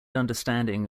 understanding